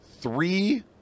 Three